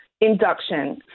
induction